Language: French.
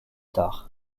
tard